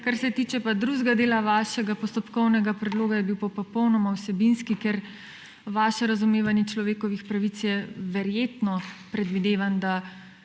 Kar se tiče pa drugega dela vašega postopkovnega predloga, je bil pa popolnoma vsebinski, ker vaše razumevanje človekovih pravic je verjetno, predvidevam